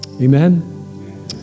Amen